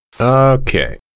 Okay